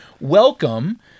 welcome